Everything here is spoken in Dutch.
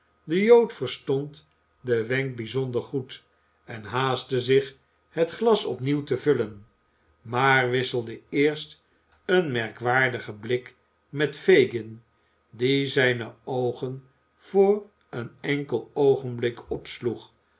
de jood verstond den wenk bijzonder goed en haastte zich het glas opnieuw te vullen maar wisselde eerst een merkwaardigen blik met fagin die zijne oogen voor een enkel oogenblik opsloeg